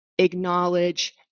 Acknowledge